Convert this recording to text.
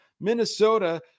Minnesota